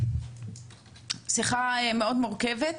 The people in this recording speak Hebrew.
שיחה מאוד מורכבת.